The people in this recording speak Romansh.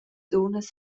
dunnas